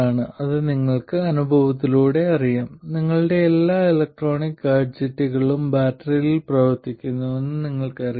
ഇപ്പോൾ ഇത് നിങ്ങൾക്ക് അനുഭവത്തിലൂടെ അറിയാം നിങ്ങളുടെ എല്ലാ ഇലക്ട്രോണിക് ഗാഡ്ജെറ്റുകളും ബാറ്ററിയിൽ പ്രവർത്തിക്കുന്നുവെന്ന് നിങ്ങൾക്കറിയാം